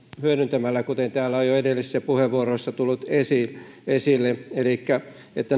hyödyntämällä kuten täällä on jo edellisissä puheenvuoroissa tullut esille elikkä